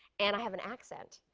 and i have an accent.